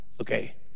Okay